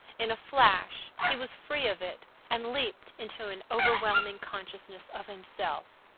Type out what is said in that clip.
in a flash he was free of it and leaped into an overwhelming consciousness of himself.